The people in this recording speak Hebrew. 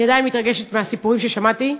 אני עדיין מתרגשת מהסיפורים ששמעתי,